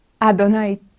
Adonai